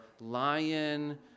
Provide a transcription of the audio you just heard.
lion